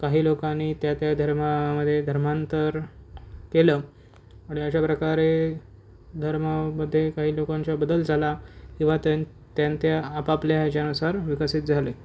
काही लोकांनी त्या त्या धर्मामध्ये धर्मांतर केलं आणि अशा प्रकारे धर्मामध्ये काही लोकांच्या बदल झाला किंवा त्यां त्यां त्यां आपापल्या ह्याच्यानुसार विकसित झाले